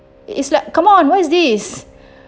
it's like come on what is this